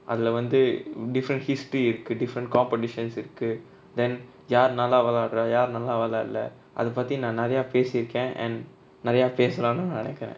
அதுல வந்து:athula vanthu defend history இருக்கு:iruku different competitions இருக்கு:iruku then யாரு நல்லா வெலயாடுரா யாரு நல்லா வெலயாடள்ள அதுபத்தி நா நெரய பேசி இருக்க:yaaru nalla velayaadura yaaru nalla velayaadalla athapathi na neraya pesi iruka and நெரய பேசலானு நா நெனைகுர:neraya pesalanu na nenaikura